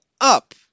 up